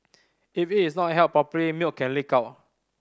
if it is not held properly milk can leak out